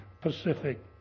Pacific